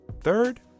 third